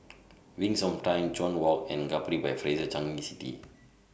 Wings of Time Chuan Walk and Capri By Fraser Changi City